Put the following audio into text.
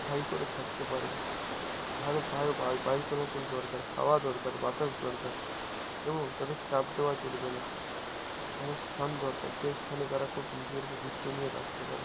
স্থায়ী করে থাকতে পারবে ভালো ভায়ো বায়ু চলাচল দরকার হাওয়া দরকার বাতাস দরকার এবং তাদের চাপ দেওয়া চলবে না ভালো স্থান দরকার যেই স্থানে তারা খুব নিজেদেরকে গুছিয়ে নিয়ে রাখতে পারবে